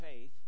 faith